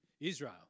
Israel